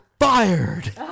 fired